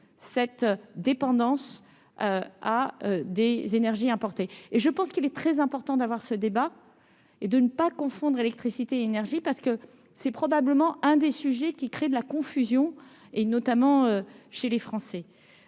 cette dépendance à des énergies importées et je pense qu'il est très important d'avoir ce débat et de ne pas confondre électricité Énergie parce que c'est probablement un des sujets qui crée de la confusion et notamment chez les Français,